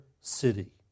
city